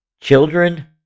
Children